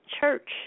church